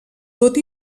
tot